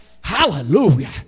Hallelujah